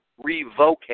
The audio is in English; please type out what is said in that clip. revocate